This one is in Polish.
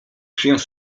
przyjąć